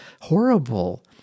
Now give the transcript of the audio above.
horrible